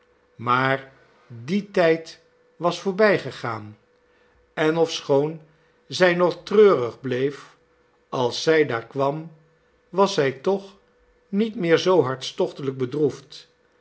maar die tijd was voorbijgegaan en ofschoon zij nog treurig bleef als zij daar kwam was zij toch niet meer zoo hartstochtelijk bedroefd